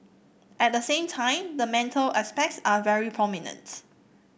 at the same time the mental aspects are very prominent